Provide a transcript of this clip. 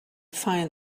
find